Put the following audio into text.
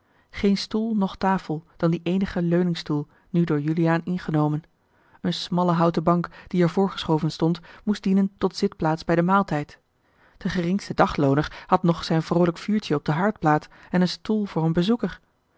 geen stoel noch tafel dan die eenige leuningstoel nu door juliaan ingenomen eene smalle houten bank die er voor geschoven stond moest dienen tot zitplaats bij den maaltijd de geringste daglooner had nog zijn vroolijk vuurtje op de haardplaat en een stoel voor een bezoeker